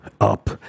up